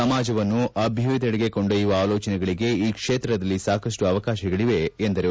ಸಮಾಜವನ್ನು ಅಭ್ಯದಯದೆಡೆಗೆ ಕೊಂಡೊಯ್ಯವ ಆಲೋಚನೆಗಳಿಗೆ ಈ ಕ್ಷೇತ್ರದಲ್ಲಿ ಸಾಕಷ್ಟು ಅವಕಾಶಗಳಿವೆ ಎಂದರು